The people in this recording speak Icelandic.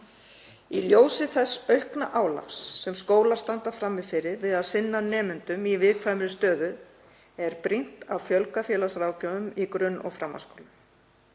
Í ljósi þess aukna álags sem skólar standa frammi fyrir við að sinna nemendum í viðkvæmri stöðu er brýnt að fjölga félagsráðgjöfum í grunn- og framhaldsskólum.